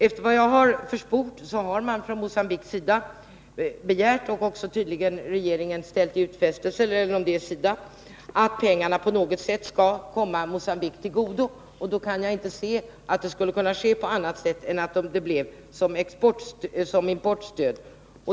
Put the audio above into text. Efter vad jag har försport har Mogambique begärt och regeringen tydligen också utfäst — eller om det är SIDA — att pengarna på något sätt skall komma Mogambique till godo. Då kan jag inte se att det skulle kunna ske på annat sätt än genom ett importstöd.